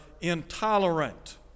intolerant